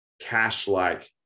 cash-like